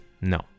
no